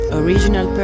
original